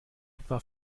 etwa